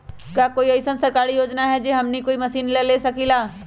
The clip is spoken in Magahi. का कोई अइसन सरकारी योजना है जै से हमनी कोई मशीन ले सकीं ला?